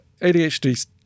ADHD